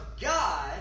God